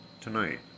tonight